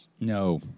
No